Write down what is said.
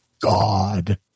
god